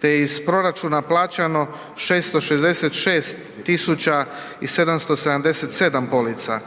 te je iz proračuna plaćano 666.777 polica.